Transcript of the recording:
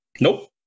Nope